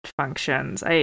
functions